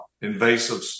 invasive